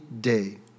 day